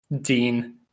Dean